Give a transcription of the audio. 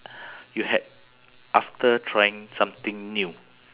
you had after trying something new